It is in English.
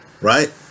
right